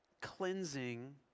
cleansing